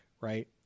right